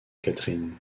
catherine